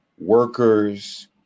workers